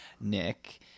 Nick